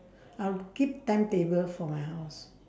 I'll keep timetable for my house